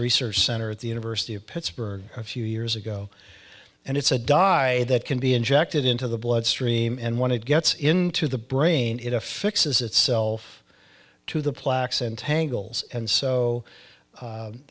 research center at the university of pittsburgh a few years ago and it's a dye that can be injected into the bloodstream and when it gets into the brain into fixes itself to the plaques and tangles and so